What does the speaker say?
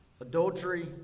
adultery